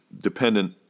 dependent